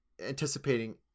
anticipating